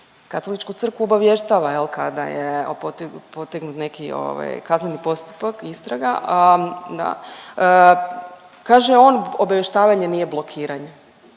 Katoličku crkvu obavještava jel kada je potegnut neki ovaj kazneni postupak, istraga, kaže on obavještavanje nije blokiranje.